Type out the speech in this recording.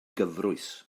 gyfrwys